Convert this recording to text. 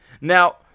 Now